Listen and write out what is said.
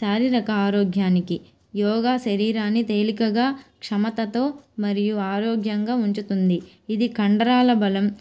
శారీరక ఆరోగ్యానికి యోగా శరీరాన్ని తేలికగా క్షమతతో మరియు ఆరోగ్యంగా ఉంచుతుంది ఇది కండరాల బలం